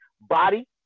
body